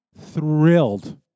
thrilled